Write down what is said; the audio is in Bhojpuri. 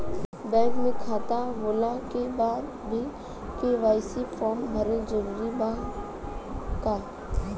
बैंक में खाता होला के बाद भी के.वाइ.सी फार्म भरल जरूरी बा का?